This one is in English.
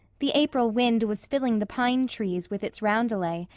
the april wind was filling the pine trees with its roundelay,